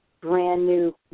brand-new